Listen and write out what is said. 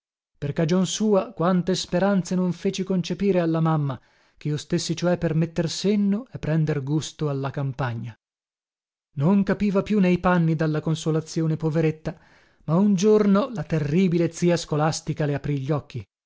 per cagion sua quante speranze non feci concepire alla mamma chio stessi cioè per metter senno e prender gusto alla campagna non capiva più nei panni dalla consolazione poveretta ma un giorno la terribile zia scolastica le aprì gli occhi